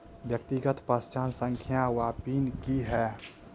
व्यक्तिगत पहचान संख्या वा पिन की है?